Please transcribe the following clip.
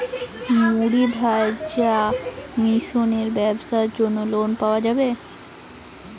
মুড়ি ভাজা মেশিনের ব্যাবসার জন্য লোন পাওয়া যাবে?